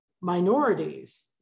minorities